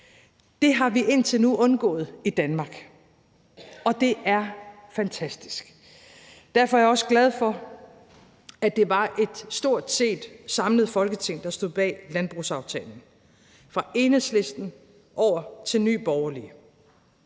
Det har vi indtil nu undgået i Danmark, og det er fantastisk. Derfor er jeg også glad for, at det var et stort set samlet Folketing, der stod bag landbrugsaftalen – fra Enhedslisten over til Nye Borgerlige.